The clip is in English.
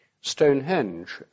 Stonehenge